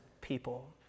people